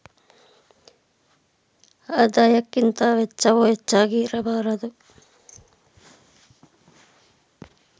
ಆದಾಯಕ್ಕಿಂತ ವೆಚ್ಚವು ಹೆಚ್ಚಾಗಿ ಇರಬಾರದು